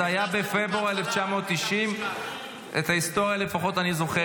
זה היה בפברואר 1990. --- נכנס לטיפת חלב